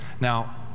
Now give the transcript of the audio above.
Now